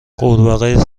غورباغه